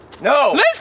No